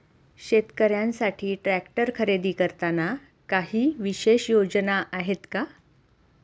शेतकऱ्यांसाठी ट्रॅक्टर खरेदी करताना काही विशेष योजना आहेत का?